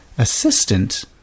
assistant